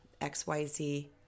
XYZ